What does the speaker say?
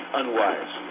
unwise